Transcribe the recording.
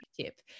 tip